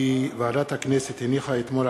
כי ועדת הכנסת הניחה אתמול,